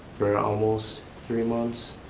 for almost three months,